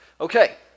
Okay